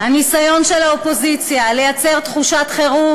הניסיון של האופוזיציה לייצר תחושת חירום